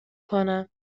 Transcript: کنم